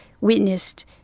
witnessed